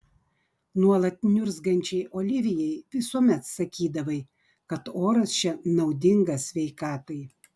nuolat niurzgančiai olivijai visuomet sakydavai kad oras čia naudingas sveikatai